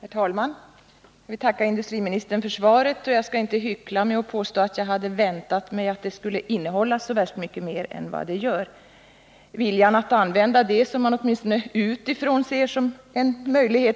Herr talman! Jag vill tacka industriministern för svaret. Jag skall inte hyckla genom att påstå att jag hade väntat mig att det skulle innehålla så värst mycket mer än vad det gör. Viljan att använda de möjligheter som man, åtminstone utifrån, ser